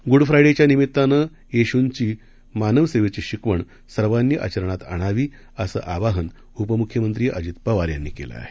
गुडफ्रायडेच्या निमित्तानं येशूंची मानवसेवेची शिकवण सर्वांनी आचरणात आणावी असं आवाहन उपमुख्यमंत्री अजित पवार यांनी केल आहे